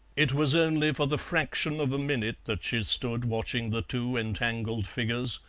it was only for the fraction of a minute that she stood watching the two entangled figures,